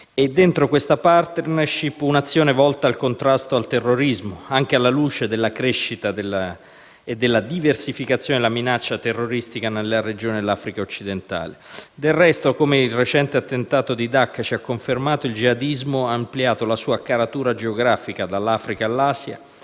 interno si colloca un'azione volta al contrasto al terrorismo, anche alla luce della crescita e della diversificazione della minaccia terroristica nella regione dell'Africa occidentale. Del resto, come il recente attentato di Dacca ci ha confermato, il jihadismo ha ampliato la sua caratura geografica, dall'Africa all'Asia,